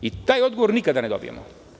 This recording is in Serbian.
Taj odgovor nikada ne dobijemo.